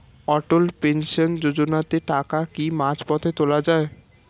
অটল pension যোজনাতে টাকা কি মাঝপথে তোলা যায়?